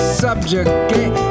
subjugate